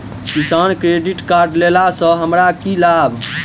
किसान credit card लेला सऽ हमरा की लाभ?